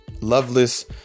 loveless